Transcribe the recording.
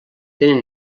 tenen